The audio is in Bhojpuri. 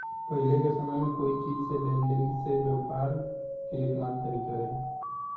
पाहिले के समय में कोई चीज़ के लेन देन से व्यापार के एकमात्र तारिका रहे